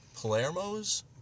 Palermo's